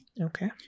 Okay